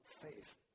faith